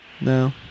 No